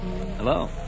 Hello